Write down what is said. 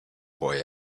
boy